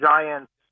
Giants